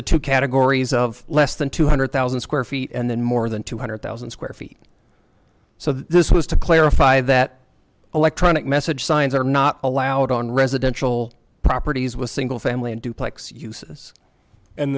the two categories of less than two hundred thousand square feet and then more than two hundred thousand square feet so this was to clarify that electronic message signs are not allowed on residential properties with single family and duplex uses and